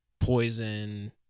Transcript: poison